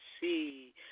see